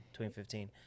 2015